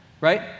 right